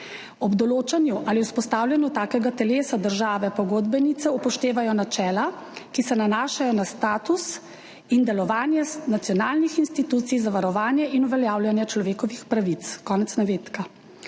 Ob določanju ali vzpostavljanju takega telesa države pogodbenice upoštevajo načela, ki se nanašajo na status in delovanje nacionalnih institucij za varovanje in uveljavljanje človekovih pravic.«